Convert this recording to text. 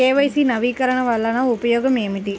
KYC నవీకరణ వలన ఉపయోగం ఏమిటీ?